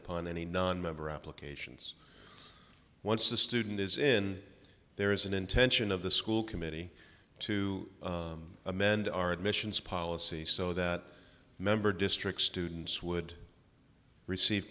upon any nonmember applications once the student is in there is an intention of the school committee to amend our admissions policy so that member districts students would receive